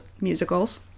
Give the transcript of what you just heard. Musicals